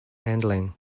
handling